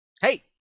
hey